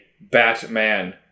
Batman